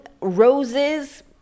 roses